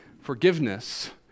Forgiveness